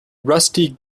rusty